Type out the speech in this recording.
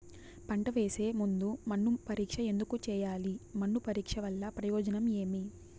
పంట వేసే ముందు మన్ను పరీక్ష ఎందుకు చేయాలి? మన్ను పరీక్ష వల్ల ప్రయోజనం ఏమి?